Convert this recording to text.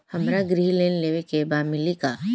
हमरा गृह ऋण लेवे के बा मिली का?